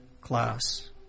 class